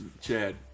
chad